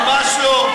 ממש לא.